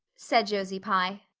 said josie pye.